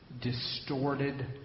distorted